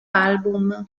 album